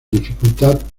dificultad